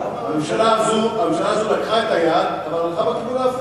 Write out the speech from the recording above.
הממשלה הזו לקחה את היעד, אבל הלכה בכיוון ההפוך.